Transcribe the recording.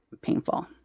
painful